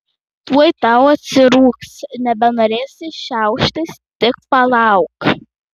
tuoj tau atsirūgs nebenorėsi šiauštis tik palauk